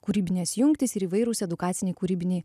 kūrybinės jungtys ir įvairūs edukaciniai kūrybiniai